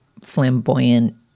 flamboyant